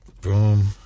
Boom